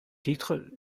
titre